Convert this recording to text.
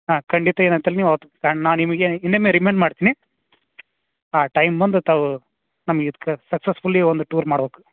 ಹಾಂ ಖಂಡಿತ ಏನಂತಿಲ್ಲ ನೀವು ಅವತ್ತು ನಾ ನಿಮಗೆ ಇನ್ನೊಮ್ಮೆ ರಿಮೈಂಡ್ ಮಾಡ್ತೀನಿ ಆ ಟೈಮ್ ಬಂದು ತಾವು ನಮಗೆ ಇದ್ಕ ಸಕ್ಸೆಸ್ಫುಲಿ ಒಂದು ಟೂರ್ ಮಾಡ್ಬೇಕು